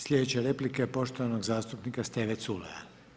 Sljedeća replika je poštovanog zastupnika Steve Culeja.